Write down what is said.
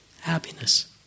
happiness